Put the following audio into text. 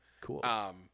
cool